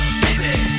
baby